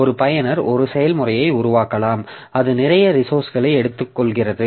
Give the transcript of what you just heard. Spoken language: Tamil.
ஒரு பயனர் ஒரு செயல்முறையை உருவாக்கலாம் அது நிறைய ரிசோர்ஸ்களை எடுத்துக்கொள்கிறது